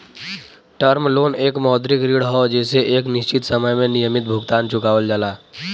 term loan एक मौद्रिक ऋण हौ जेसे एक निश्चित समय में नियमित भुगतान चुकावल जाला